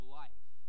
life